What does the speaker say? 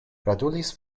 gratulis